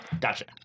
Gotcha